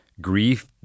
grief